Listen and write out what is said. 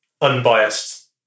unbiased